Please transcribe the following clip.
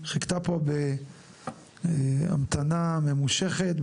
חיכתה פה בהמתנה ממושכת,